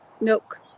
milk